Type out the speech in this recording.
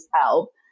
help